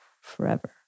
forever